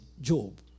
Job